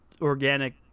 organic